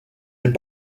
est